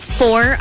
four